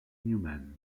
newman